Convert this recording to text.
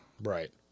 Right